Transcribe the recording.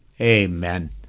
Amen